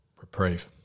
reprieve